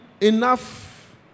enough